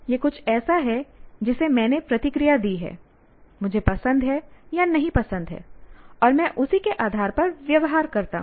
यह कुछ ऐसा है जिसे मैंने प्रतिक्रिया दी है मुझे पसंद है या नहीं पसंद है और मैं उसी के आधार पर व्यवहार करता हूं